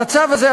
המצב הזה,